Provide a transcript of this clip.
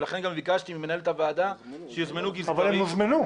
לכן גם ביקשתי ממנהלת הוועדה שיוזמנו גזברים.